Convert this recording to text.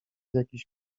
jakiś